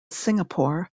singapore